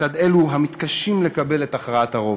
מצד אלו המתקשים לקבל את הכרעת הרוב.